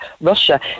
russia